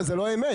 זו לא האמת,